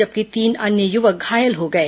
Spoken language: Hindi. जबकि तीन अन्य यवक घायल हो गए